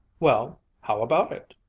well, how about it?